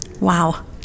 wow